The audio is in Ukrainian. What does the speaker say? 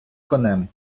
конем